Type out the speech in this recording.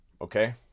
okay